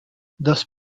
dass